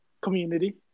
community